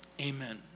amen